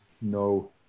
No